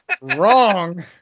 Wrong